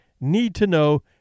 need-to-know